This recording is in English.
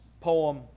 poem